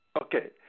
Okay